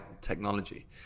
technology